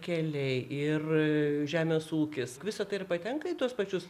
keliai ir žemės ūkis visa tai ir patenka į tuos pačius